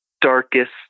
darkest